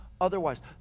otherwise